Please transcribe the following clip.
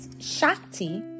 Shakti